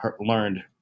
learned